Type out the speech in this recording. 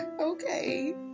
okay